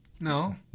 No